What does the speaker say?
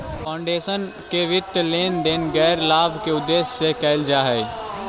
foundation के वित्तीय लेन देन गैर लाभ के उद्देश्य से कईल जा हई